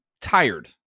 tired